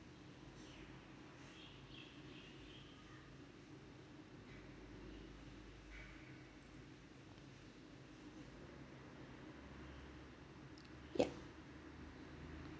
yup